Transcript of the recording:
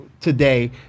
today